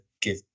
give